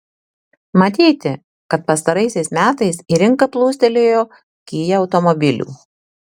matyti kad pastaraisiais metais į rinką plūstelėjo kia automobilių